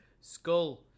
skull